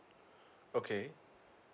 okay